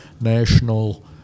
national